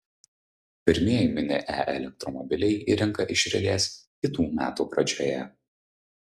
pirmieji mini e elektromobiliai į rinką išriedės kitų metų pradžioje